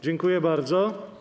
Dziękuję bardzo.